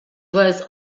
was